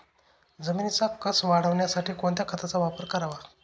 जमिनीचा कसं वाढवण्यासाठी कोणत्या खताचा वापर करावा?